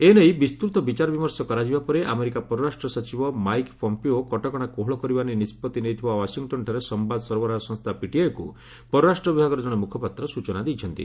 ଏନେଇ ବିସ୍ତୃତ ବିଚାର ବିମର୍ଷ କରାଯିବା ପରେ ଆମେରିକା ପରରାଷ୍ଟ୍ର ସଚିବ ମାଇକ୍ ପମ୍ପିଓ କଟକଣା କୋହଳ କରିବା ନେଇ ନିଷ୍ପଭି ନେଇଥିବା ଓ୍ୱାଶିଂଟନ୍ଠାରେ ସମ୍ବାଦ ସରବରାହ ସଂସ୍ଥା ପିଟିଆଇକୁ ପରରାଷ୍ଟ୍ର ବିଭାଗର ଜଣେ ମୁଖପାତ୍ର ସ୍ୱଚନା ଦେଇଛନ୍ତି